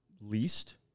least